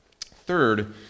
Third